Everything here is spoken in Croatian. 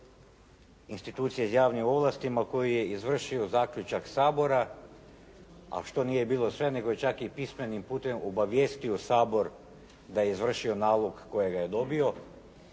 institucije sa javnim ovlastima koji je izvršio zaključak Sabora, a što nije bilo sve nego je čak i pismenim putem obavijestio Sabor da je izvršio nalog kojega je dobio